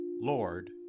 Lord